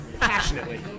Passionately